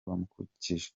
bamukikije